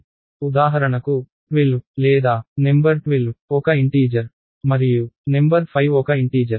ఉదాహరణకు 12 లేదా నెంబర్ 12 ఒక ఇంటీజర్ మరియు నెంబర్ 5 ఒక ఇంటీజర్